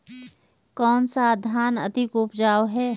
कौन सा धान अधिक उपजाऊ है?